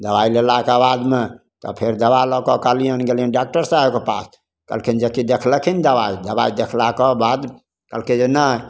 दवाइ लेलाके बादमे तऽ फेर दवा लऽ कऽ कहलिअनि गेलिए डॉकटर साहेबके पास कहलखिन जे कि देखलखिन दवाइ दवाइ देखलाके बाद कहलकै जे नहि